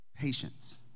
Patience